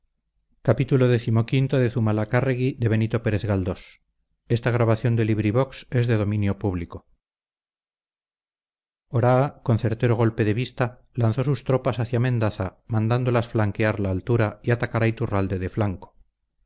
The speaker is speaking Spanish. oraa con certero golpe de vista lanzó sus tropas hacia mendaza mandándolas flanquear la altura y atacar a iturralde de flanco